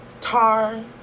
tar